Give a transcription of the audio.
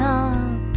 up